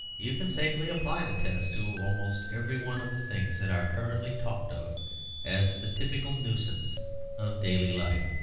you can safely apply the test to almost every one of the things that are currently talked of as the typical nuisance of daily life.